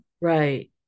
right